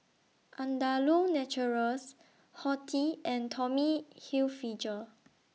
Andalou Naturals Horti and Tommy Hilfiger